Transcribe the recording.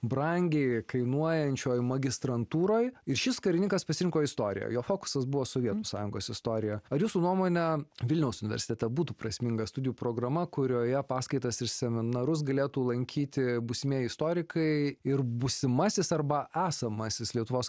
brangiai kainuojančioj magistrantūroj ir šis karininkas pasirinko istoriją jo fokusas buvo sovietų sąjungos istorija ar jūsų nuomone vilniaus universitete būtų prasminga studijų programa kurioje paskaitas ir seminarus galėtų lankyti būsimieji istorikai ir būsimasis arba esamasis lietuvos